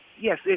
Yes